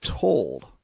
told